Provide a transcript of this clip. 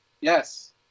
Yes